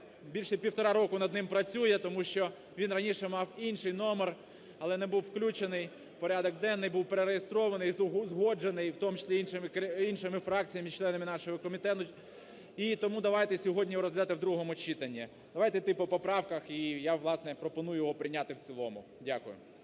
більше півтора року над ним працює, тому що він раніше мав інший номер, але не був включений у порядок денний, був перереєстрований, узгоджений і в тому числі іншими фракціями і членами нашого комітету. І тому давайте сьогодні його розглядати у другому читанні. Давайте йти по поправках. І я, власне, пропоную його прийняти в цілому. Дякую.